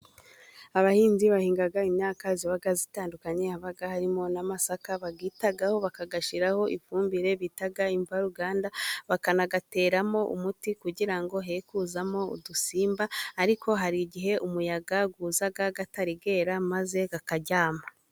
Abahinzi bahinga imyaka ziba zitandukanye, haba harimo n'amasaka bayitaho bakagashyiraho ifumbire, bita imvaruganda bakanateramo umuti kugira ngo hekuzamo udusimba ariko hari igihe umuyaga uza atariyera maze yakaryama.